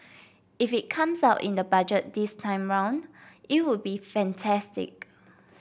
if it comes out in the budget this time around it would be fantastic